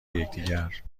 یکدیگر